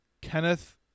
kenneth